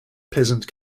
peasant